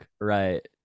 right